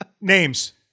Names